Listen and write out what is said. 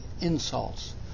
insults